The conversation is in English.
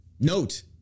Note